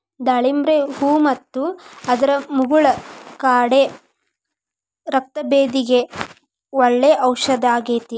ದಾಳಿಂಬ್ರಿ ಹೂ ಮತ್ತು ಅದರ ಮುಗುಳ ಕಾಡೆ ರಕ್ತಭೇದಿಗೆ ಒಳ್ಳೆ ಔಷದಾಗೇತಿ